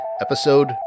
episode